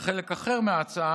וחלק אחר מההצעה